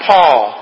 Paul